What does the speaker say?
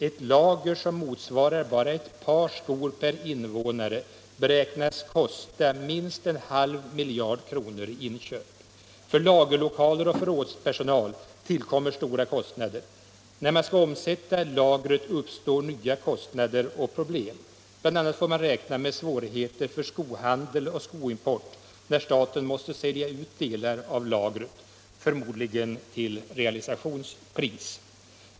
Ett lager som motsvarar bara ett par skor per invånare beräknas kosta minst en halv miljard kronor i inköp. För lagerlokaler och förrådspersonal tillkommer stora kostnader. När man skall omsätta lagret uppstår nya kostnader och problem. BI. a. får man räkna med svårigheter för skohandel och skoimport när staten måste sälja ut delar av lagret —- förmodligen till realisationspris.